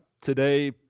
today